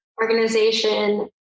organization